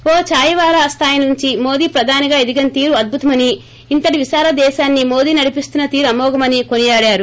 ఓ చాయ్ వాలా స్దాయి నుంచి మోదీ ప్రధానిగా ఎదిగిన తీరు అద్భుతమని ఇంతటి విశాల దేశాన్ని మోదీ నడిపిస్తున్న తీరు అమోఘమని కొనియాడారు